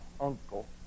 uncle